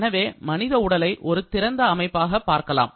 எனவே மனித உடலை ஒரு திறந்த அமைப்பாக பார்க்கலாம்